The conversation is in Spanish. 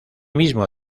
mismo